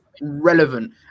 relevant